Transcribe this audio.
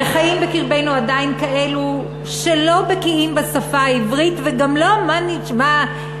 וחיים בקרבנו עדיין כאלה שלא בקיאים בשפה העברית וגם לא באנגלית,